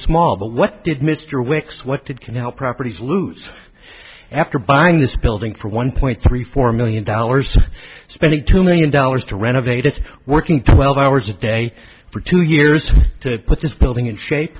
small but what did mr wix what did canal properties lose after buying this building for one point three four million dollars and spending two million dollars to renovate it working twelve hours a day for two years to put this building in shape